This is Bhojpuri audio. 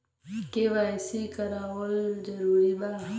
के.वाइ.सी करवावल जरूरी बा?